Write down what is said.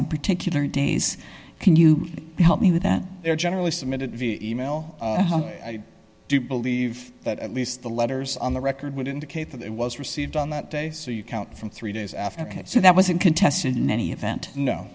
on particular days can you help me with that they are generally submitted via email i do believe that at least the letters on the record would indicate that it was received on that day so you count from three days after that so that was in contests in any event no